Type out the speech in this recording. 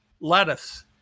Lettuce